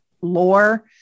lore